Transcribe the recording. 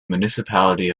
municipality